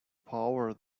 power